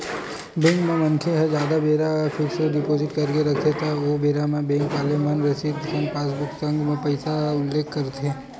bank म मनखे ह जादा बेरा बर फिक्स डिपोजिट करथे त ओ बेरा म बेंक वाले मन रसीद के संग पासबुक के संग पइसा के उल्लेख करथे